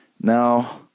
Now